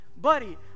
buddy